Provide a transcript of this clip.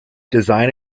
design